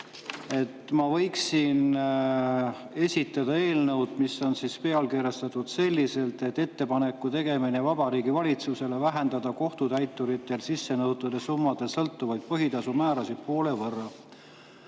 ma võiksin [esitleda] eelnõu, mis on pealkirjastatud selliselt: "Ettepaneku tegemine Vabariigi Valitsusele vähendada kohtutäituritel sissenõude summast sõltuvaid põhitasu määrasid poole võrra".